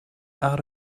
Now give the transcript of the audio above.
out